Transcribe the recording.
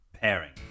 pairing